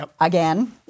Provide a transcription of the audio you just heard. again